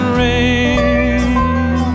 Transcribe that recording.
rain